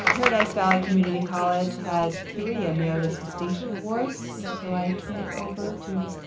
paradise valley community college has three emeritus distinction awards. so i turn it over to